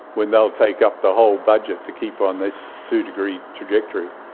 when they'll take up the whole budget to keep on this two-degree trajectory.